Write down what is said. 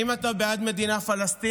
מר בני גנץ, האם אתה בעד מדינה פלסטינית?